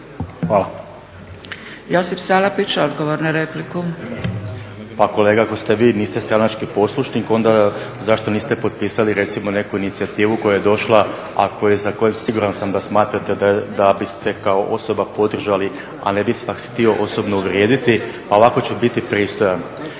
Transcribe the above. repliku. **Salapić, Josip (HDSSB)** Pa kolega ako ste vi, niste stranački poslušnik onda zašto niste potpisali recimo neku inicijativu koja je došla a za koju siguran sam da smatrate da biste kao osoba podržali a ne bih vas htio osobno uvrijediti a ovako ću biti pristojan.